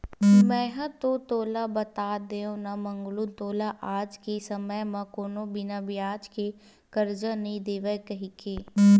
मेंहा तो तोला बता देव ना मंगलू तोला आज के समे म कोनो बिना बियाज के करजा नइ देवय कहिके